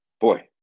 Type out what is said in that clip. Boy